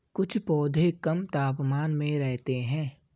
कुछ पौधे कम तापमान में रहते हैं